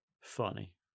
funny